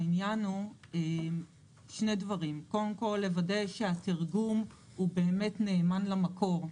העניין הוא קודם כל לוודא שהתרגום הוא באמת נאמן למקור,